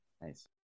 Nice